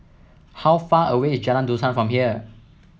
how far away is Jalan Dusan from here